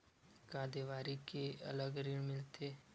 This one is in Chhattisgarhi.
का देवारी के अलग ऋण मिलथे?